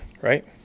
right